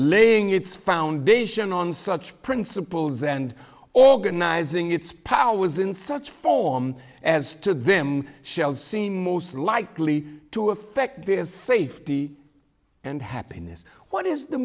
laying its foundation on such principles and organizing its power was in such form as to them shall seem most likely to affect the safety and happiness what is the